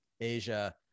Asia